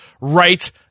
right